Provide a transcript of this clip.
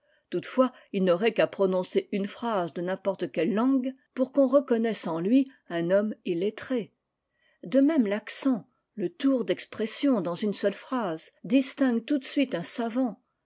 toutefois il n'aurait qu'à prononcer une phrase de n'importe quelle langue pour qu'on reconnaisse en lui un homme illettré de même faccen le tour d'expression dans une seule phrase distingue tout de suite un savant